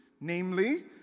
Namely